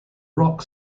rock